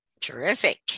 Terrific